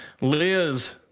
Liz